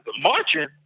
marching